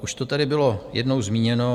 Už to tady bylo jednou zmíněno.